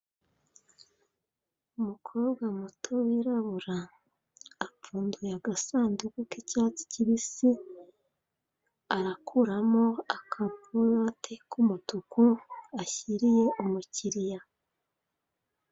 Umukobwa muto wirabura apfunduye agasanduku k'icyatsi kibisi arakuramo akabuwate k'umutuku ashyiriye umukiriya.